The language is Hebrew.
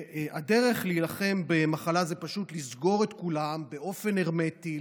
שהדרך להילחם במחלה זה פשוט לסגור את כולם באופן הרמטי,